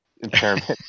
impairment